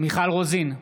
מיכל רוזין,